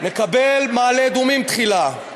נקבל מעלה-אדומים תחילה.